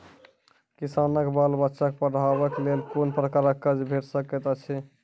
किसानक बाल बच्चाक पढ़वाक लेल कून प्रकारक कर्ज भेट सकैत अछि?